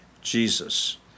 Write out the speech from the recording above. Jesus